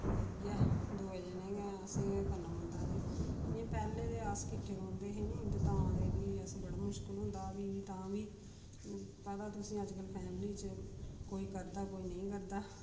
फ्ही इ'यै दोऐ जने गै अस ते करना होंदा ते इ'यां पैह्ले ते अस किट्ठे रौंह्दे हे नी तां ते फ्ही अस बड़ा मुश्कल होंदा हा फ्ही बी तां बी पता तुसेंई अज्जकल फैमिली च कोई करदा कोई नेईं करदा